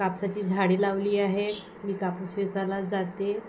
कापसाची झाडे लावली आहे मी कापूस वेचायला जाते